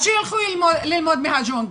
אז שילכו ללמוד מהג'ונגל.